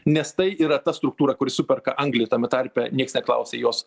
nes tai yra ta struktūra kuri superka anglį tame tarpe nieks neklausia jos